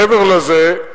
מעבר לזה,